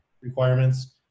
requirements